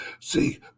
See